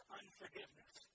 unforgiveness